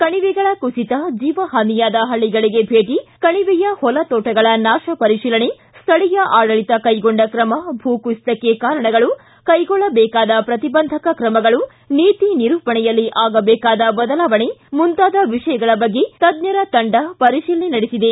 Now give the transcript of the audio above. ಕಣಿವೆಗಳ ಕುಸಿತ ಜೀವಹಾನಿಯಾದ ಹಳ್ಳಗಳಿಗೆ ಭೇಟಿ ಕಣಿವೆಯ ಹೊಲ ತೋಟಗಳ ನಾಶ ಪರಿಶೀಲನೆ ಸ್ಥಳೀಯ ಆಡಳಿತ ಕೈಗೊಂಡ ತ್ರಮ ಭೂ ಕುಸಿತಕ್ಕೆ ಕಾರಣಗಳು ಕೈಗೊಳ್ಳಬೇಕಾದ ಪ್ರತಿಬಂಧಕ ಕ್ರಮಗಳು ನೀತಿ ನಿರೂಪಣೆಯಲ್ಲಿ ಆಗಬೇಕಾದ ಬದಲಾವಣೆ ಮುಂತಾದ ವಿಷಯಗಳ ಬಗ್ಗೆ ತಜ್ಜರ ತಂಡ ಪರಿಶೀಲನೆ ನಡೆಸಿದೆ